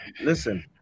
listen